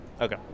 Okay